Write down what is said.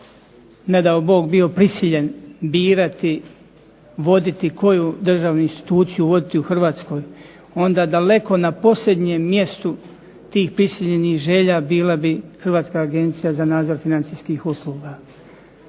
ne dao Bog bio prisiljen birati, voditi, koju državnu instituciju voditi u Hrvatskoj onda daleko na posljednjem mjestu tih prisiljenih želja bila bi Hrvatska agencija za nadzor financijskih usluga.